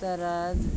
তার